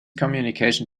communication